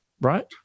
right